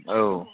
औ